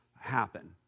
happen